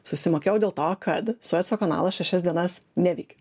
susimokėjau dėl to kad sueco kanalas šešias dienas neveikė